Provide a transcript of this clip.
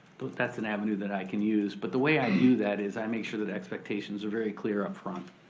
that's an avenue that i can use. but the way i do that is i make sure that expectations are very clear up front.